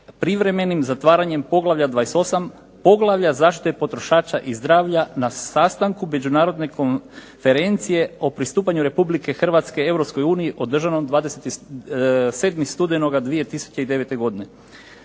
privremeni zatvaranje poglavlja 28. poglavlja zaštite potrošača i zdravlja na sastanku međunarodne konferencije o pristupanju Republike Hrvatske Europskoj uniji održanom 27. studenoga 2009. godine.